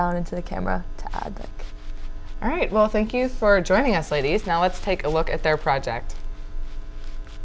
down into the camera all right well thank you for joining us ladies now let's take a look at their project